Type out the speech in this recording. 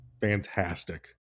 fantastic